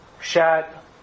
shat